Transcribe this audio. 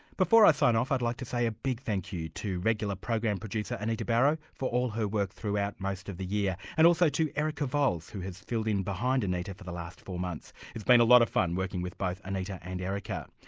before i sign off, i'd like to say a big thank you to regular program producer anita barraud for all her work throughout most of the year and also to erica vowles who has filled in behind anita for the last four months. it's been a lot of fun working with both anita and erica.